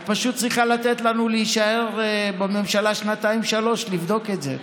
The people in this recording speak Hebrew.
את פשוט צריכה לתת לנו להישאר בממשלה שנתיים-שלוש לבדוק את זה,